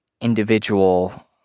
individual